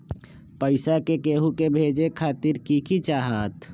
पैसा के हु के भेजे खातीर की की चाहत?